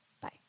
bye